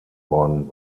worden